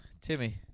Timmy